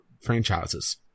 franchises